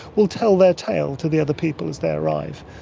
will tell the tale to the other people as they arrive.